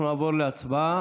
אנחנו נעבור להצבעה.